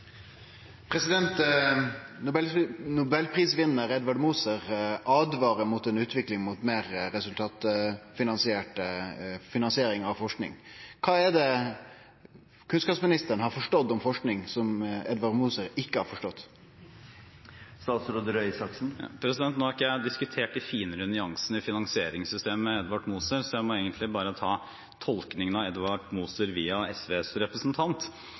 på Gjøvik. Nobelprisvinnar Edvard Moser åtvarar mot ei utvikling mot meir resultatfinansiering av forsking. Kva er det kunnskapsministeren har forstått om forsking som Edvard Moser ikkje har forstått? Nå har ikke jeg diskutert de finere nyansene i finansieringssystemet med Edvard Moser, så jeg må egentlig bare ta tolkningen av Edvard Moser via SVs representant.